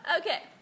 okay